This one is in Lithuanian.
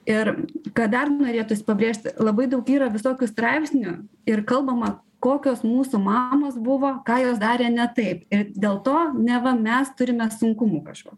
ir ką dar norėtųsi pabrėžt labai daug yra visokių straipsnių ir kalbama kokios mūsų mamos buvo ką jos darė ne taip ir dėl to neva mes turime sunkumų kažkur